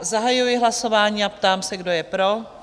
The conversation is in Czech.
Zahajuji hlasování a ptám se, kdo je pro?